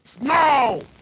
No